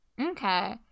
Okay